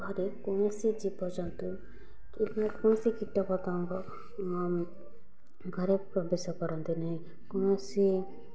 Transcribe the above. ଘରେ କୌଣସି ଜୀବଜନ୍ତୁ କିମ୍ବା କୌଣସି କୀଟ ପତଙ୍ଗ ଘରେ ପ୍ରବେଶ କରନ୍ତି ନାହିଁ କୌଣସି